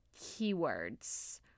keywords